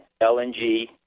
LNG